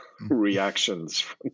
reactions